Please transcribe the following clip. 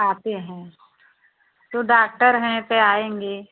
आते हैं तो डाक्टर हैं पर आएँगे